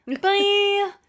Bye